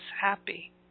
happy